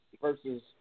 versus